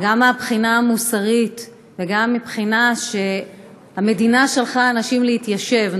גם מהבחינה המוסרית וגם מהבחינה שהמדינה שלחה אנשים להתיישב,